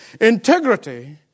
Integrity